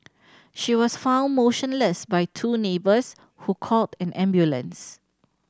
she was found motionless by two neighbours who called an ambulance